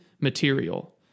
material